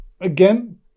Again